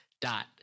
dot